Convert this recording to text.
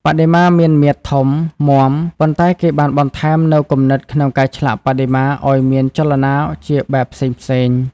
បដិមាមានមាឌធំមាំ ប៉ុន្តែគេបានបន្ថែមនូវគំនិតក្នុងការឆ្លាក់បដិមាឱ្យមានចលនាជាបែបផ្សេងៗ។